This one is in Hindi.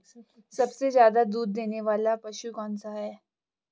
सबसे ज़्यादा दूध देने वाला पशु कौन सा है?